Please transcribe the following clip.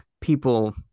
people